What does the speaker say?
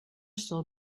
still